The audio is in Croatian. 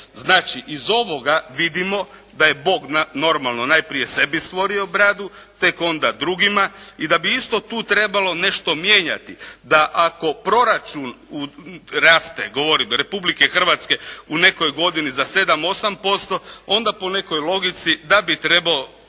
Znači, iz ovoga vidimo da je Bog normalno najprije sebi stvorio bradu tek onda drugima i da bi isto tu trebalo nešto mijenjati, da ako proračun raste govorim Republike Hrvatske u nekoj godini za 7, 8% onda po nekoj logici da bi trebao